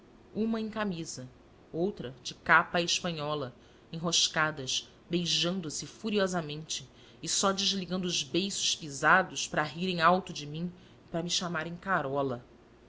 uma em camisa outra de capa à espanhola enroscadas beijando se furiosamente e só desligando os beijos pisados para rirem alto de mim e para me chamarem carola